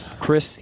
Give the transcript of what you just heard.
Chris